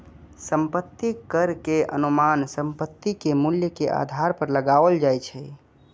संपत्ति कर के अनुमान संपत्ति के मूल्य के आधार पर लगाओल जाइ छै